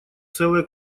целая